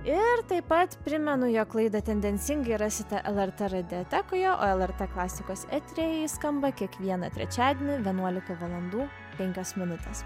ir taip pat primenu jog laidą tendencingai rasite lrt radiotekoje o lrt klasikos etery ji skamba kiekvieną trečiadienį vienuolika valandų penkios minutės